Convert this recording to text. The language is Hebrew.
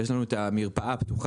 יש לנו את המרפאה הפתוחה.